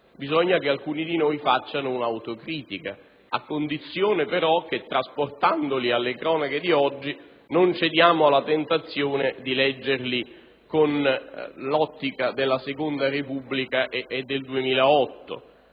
bisogna che alcuni di noi facciano autocritica, a condizione però che, trasportandoli alle cronache di oggi, non si ceda alla tentazione di leggerli nell'ottica della seconda Repubblica e del 2008.